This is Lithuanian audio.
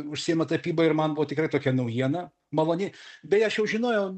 užsiima tapyba ir man buvo tikrai tokia naujiena maloni beje aš jau žinojau